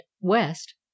West